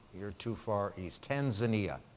you're too far east. tanzania.